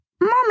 Mommy